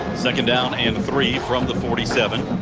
second down and three from the forty seven.